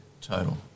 total